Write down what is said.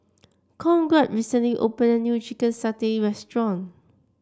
Conrad recently opened a new Chicken Satay Restaurant